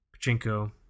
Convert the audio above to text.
Pachinko